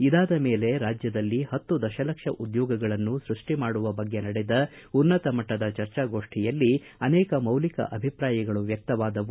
ಇದಾದ ಮೇಲೆ ರಾಜ್ಯದಲ್ಲಿ ಪತ್ತು ದಶಲಕ್ಷ ಉದ್ಯೋಗಗಳನ್ನು ಸೃಪ್ಪಿ ಮಾಡುವ ಬಗ್ಗೆ ನಡೆದ ಉನ್ನತಮಟ್ಟದ ಚರ್ಚಾಗೋಷ್ಠಿಯಲ್ಲಿ ಅನೇಕ ಮೌಲಿಕ ಅಭಿಪ್ರಾಯಗಳು ವ್ಯಕ್ತವಾದವು